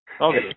Okay